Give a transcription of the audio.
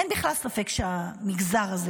אין בכלל ספק שהמגזר הזה,